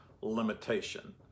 limitation